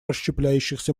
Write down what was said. расщепляющихся